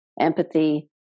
empathy